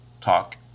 talk